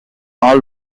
all